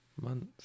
months